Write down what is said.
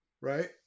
right